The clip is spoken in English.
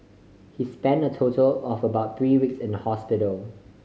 he spent a total of about three weeks in hospital